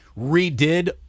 redid